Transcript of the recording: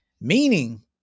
meaning